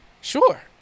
sure